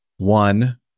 One